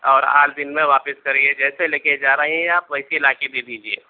اور آٹھ دن میں واپس کریے جیسے لے کے جا رہیں ہیں آپ ویسے لا کے دے دیجیے